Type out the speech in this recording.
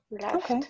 left